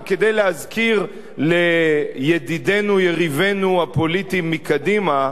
וכדי להזכיר לידידנו-יריבנו הפוליטי מקדימה,